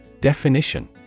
Definition